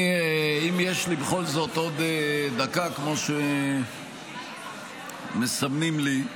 אם יש לי בכל זאת עוד דקה, כמו שמסמנים לי,